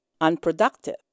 unproductive